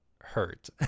hurt